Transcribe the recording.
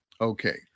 Okay